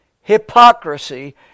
hypocrisy